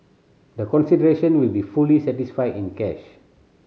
the consideration will be fully satisfied in cash